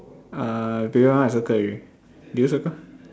uh that one I circle already did you circle